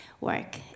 work